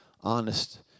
honest